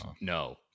no